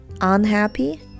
unhappy